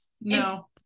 No